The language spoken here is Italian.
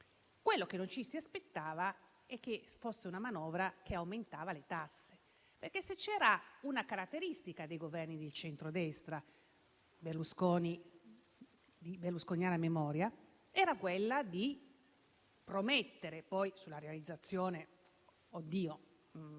Quello che non ci si aspettava è che fosse una manovra che aumentava le tasse, perché se c'era una caratteristica dei Governi del centrodestra di berlusconiana memoria era quella di promettere la riduzione delle